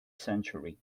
century